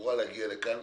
אמורה להגיע לכאן.